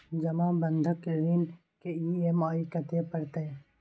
जमा बंधक ऋण के ई.एम.आई कत्ते परतै?